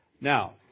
Now